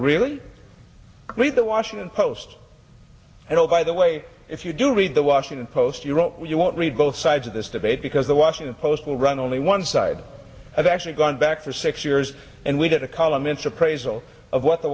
really read the washington post and oh by the way if you do read the washington post you wrote you won't read both sides of this debate because the washington post will run only one side has actually gone back for six years and we get a column in to praise all of what the